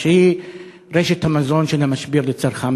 שהיא רשת המזון של "המשביר לצרכן".